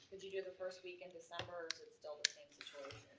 could you do the first week in december or is it still the